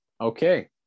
Okay